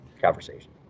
conversation